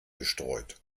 bestreut